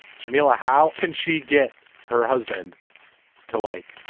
jamila, how can she get her husband to, like,